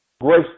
grace